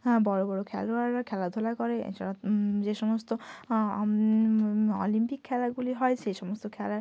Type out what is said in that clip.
হ্যাঁ বড়ো বড়ো খেলোয়াড়েরা খেলাধুলা করে এছাড়াও যে সমস্ত অলিম্পিক খেলাগুলি হয় সে সমস্ত খেলার